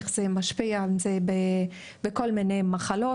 איך זה משפיע בכל מיני מחלות,